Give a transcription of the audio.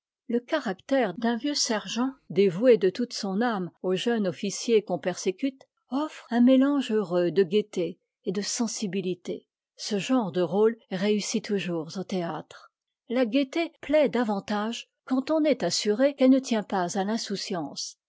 le caractère d'un vieux sergent dévoué de toute son âme m jeune officier qu'on persécute offre un mélange heureux de gaieté et de sensibilité ce genre de rôle réussit toujours au théâtre la gaieté plaît davantage quand on est assuré qu'elle ne tient pas à l'insouciance